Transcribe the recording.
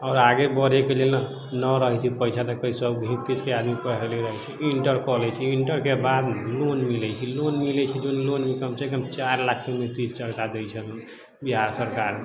आओर आगे बढैके लेल ने इन्टर कऽ लै छै इन्टरके बाद ने लोन मिलै छै लोन मिलै छै जौन कम सँ कम चारि लाख तऽ नीतीश सरकार दै छै लोन बिहार सरकार